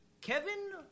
Kevin